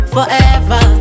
Forever